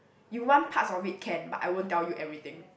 you want parts of it can but I won't tell you everything